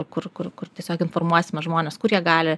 kur kur tiesiog informuosime žmones kurie gali